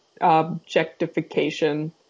objectification